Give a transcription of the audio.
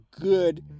good